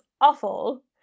awful